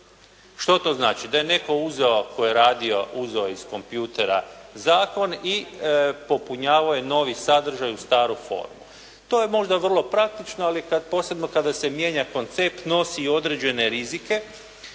Što to znači? Da je netko uzeo, a tko je radio uzeo iz kompjutora zakon i popunjavao je novi sadržaj u staru formu. To je možda vrlo praktično, ali posebno kada se mijenja koncept nosi određene rizike,